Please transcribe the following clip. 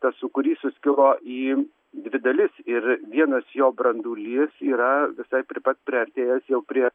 tas sūkurys suskilo į dvi dalis ir vienas jo brandulys yra visai prie pat priartėjęs jau prie